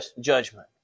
judgment